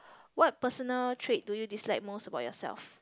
what personal trait do you dislike most about yourself